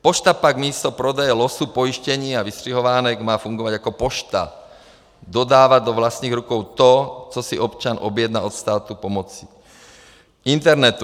Pošta pak místo prodeje losů, pojištění a vystřihovánek má fungovat jako pošta, dodávat do vlastních rukou to, co si občan objedná od státu pomocí internetu.